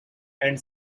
and